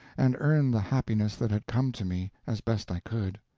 and earn the happiness that had come to me, as best i could.